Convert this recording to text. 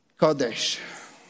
Kodesh